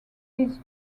his